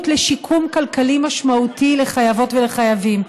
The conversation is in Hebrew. לשיקום כלכלי משמעותי לחייבות וחייבים,